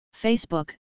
Facebook